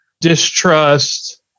distrust